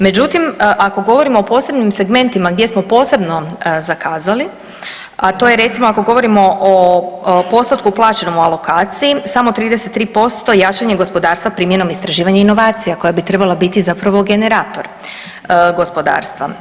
Međutim ako govorimo o posebnim segmentima gdje smo posebno zakazali, a to je recimo ako govorimo o postotku plaćenom o alokaciji, samo 33% jačanje gospodarstva primjenom istraživanja i inovacija koje bi trebalo biti zapravo generator gospodarstva.